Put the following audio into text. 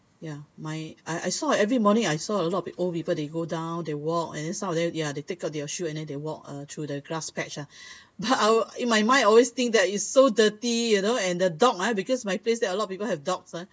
yeah my I I saw every morning I saw a lot of the old people they go down they walk and then some of them ya they take out their shoe and then they walk uh through the grass patch ah but our in my mind always think that is so dirty you know and the dog ah because my place that are a lot of people have dogs ah